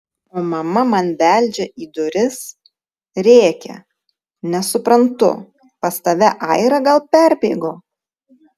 o mama man beldžia į duris rėkia nesuprantu pas tave aira gal perbėgo